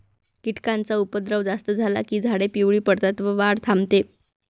कीटकांचा उपद्रव जास्त झाला की झाडे पिवळी पडतात व वाढ थांबते